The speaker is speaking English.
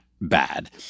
bad